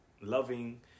loving